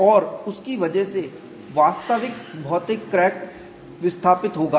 और उसकी वजह से वास्तविक भौतिक क्रैक विस्थापित होगा